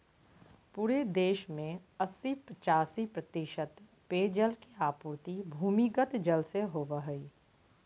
पूरे देश में अस्सी पचासी प्रतिशत पेयजल के आपूर्ति भूमिगत जल से होबय हइ